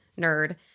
nerd